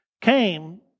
came